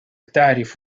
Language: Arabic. تعرف